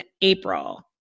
April –